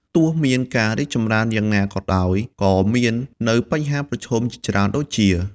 ទោះមានការរីកចម្រើនយ៉ាងណាក៏ដោយក៏មាននៅបញ្ហាប្រឈមជាច្រើន ដូចជា ។